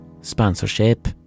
sponsorship